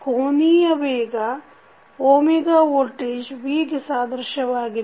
ಕೋನೀಯ ವೇಗ voltage V ಗೆ ಸಾದೃಶ್ಯವಾಗಿದೆ